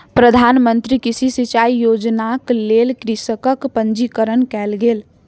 प्रधान मंत्री कृषि सिचाई योजनाक लेल कृषकक पंजीकरण कयल गेल